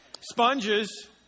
Sponges